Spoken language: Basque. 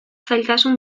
zailtasun